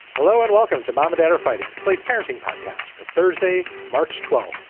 hello and welcome to mom identified slate's parenting podcast for thursday, march twelfth,